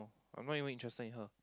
I'm not even interested in her